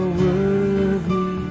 worthy